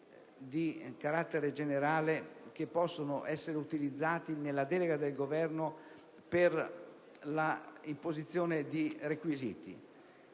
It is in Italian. di carattere generale che possono essere utilizzati nella delega del Governo per l'imposizione di requisiti